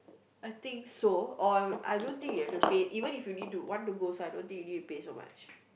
I think so or I don't think you have to pay even if you need to want to go also I don't think you need to pay so much